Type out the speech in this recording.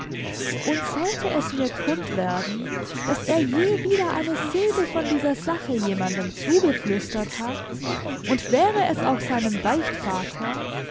und sollte es mir kund werden daß er je wieder eine silbe von dieser sache jemandem zugeflüstert hat und wäre es auch seinem beichtvater